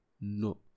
no